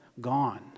gone